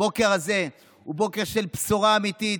הבוקר הזה הוא בוקר של בשורה אמיתית,